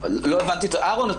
אהרון יונה,